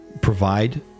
provide